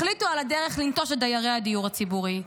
החליטו על הדרך לנטוש את דיירי הדיור הציבורי.